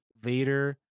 Vader